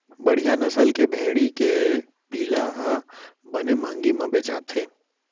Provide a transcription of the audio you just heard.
बड़िहा नसल के भेड़ी के पिला ह बने महंगी म बेचाथे